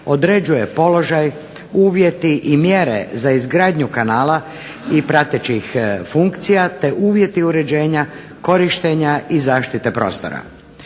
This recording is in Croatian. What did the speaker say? određuje položaj, uvjeti i mjere za izgradnju kanala i pratećih funkcija te uvjeti uređenja korištenja i zaštite prostora.